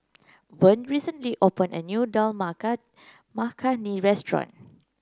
Vern recently opened a new Dal Makhani restaurant